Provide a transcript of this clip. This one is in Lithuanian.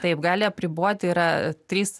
taip gali apriboti yra trys